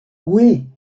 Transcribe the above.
oui